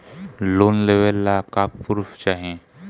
Loan लेवे ला का पुर्फ चाही?